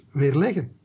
weerleggen